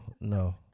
no